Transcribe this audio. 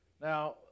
now